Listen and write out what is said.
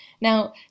now